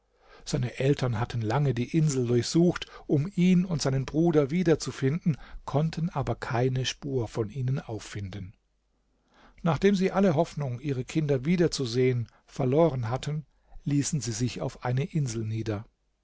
seine eltern hatten lange die insel durchsucht um ihn und seinen bruder wiederzufinden konnten aber keine spur von ihnen auffinden nachdem sie alle hoffnung ihre kinder wiederzusehen verloren hatten ließen sie sich auf eine insel nieder